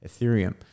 Ethereum